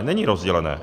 Není rozdělené!